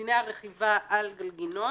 דיני הרכיבה על גלגינוע